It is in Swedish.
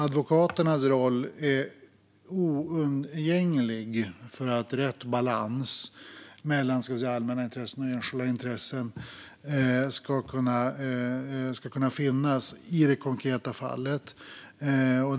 Advokaternas roll är oundgänglig för att rätt balans mellan allmänna intressen och enskilda intressen ska kunna finnas i det konkreta fallet.